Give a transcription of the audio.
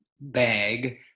bag